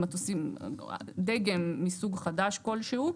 מטוסים דגם מסוג חדש כלשהו,